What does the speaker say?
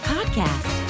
Podcast